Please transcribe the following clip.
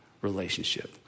relationship